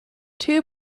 two